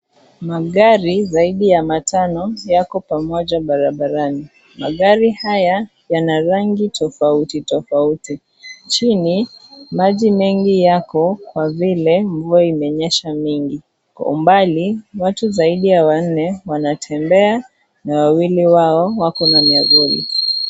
Magari zaidi ya matano yako pamoja barabarani, magari haya yana rangi tofauti tofauti chini maji mengi yako kwa vile mvua imenyesha mingi . Kwa umbali watu zaidi ya wanne wanatembea na wawili wao wakon miavuli.